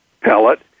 pellet